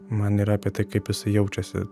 man yra apie tai kaip jisai jaučiasi